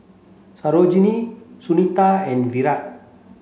Sarojini Sunita and Virat